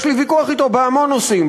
יש לי ויכוח אתו בהמון נושאים,